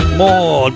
more